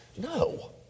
No